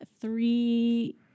three